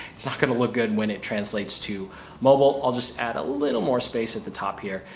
it's not going to look good when it translates to mobile. i'll just add a little more space at the top here,